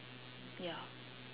ya